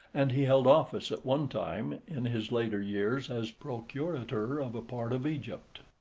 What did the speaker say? and he held office at one time in his later years as procurator of a part of egypt.